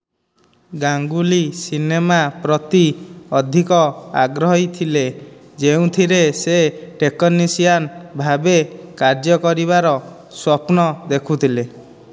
Ganguly cinema ପ୍ରତି ଅଧିକ ଆଗ୍ରହୀ ଥିଲେ ଯେଉଁଥିରେ ସେ ଟେକନିସିଆନ୍ ଭାବେ କାର୍ଯ୍ୟ କରିବାର ସ୍ୱପ୍ନ ଦେଖୁଥିଲେ